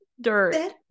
dirt